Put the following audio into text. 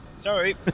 sorry